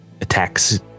attacks